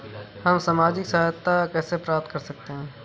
हम सामाजिक सहायता कैसे प्राप्त कर सकते हैं?